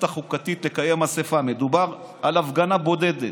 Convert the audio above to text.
החוקתית לקיים אספה" מדובר על הפגנה בודדת,